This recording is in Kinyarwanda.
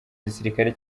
gisirikare